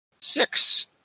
six